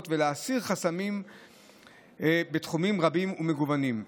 ולהסיר חסמים רגולטוריים בתחומים רבים ומגוונים.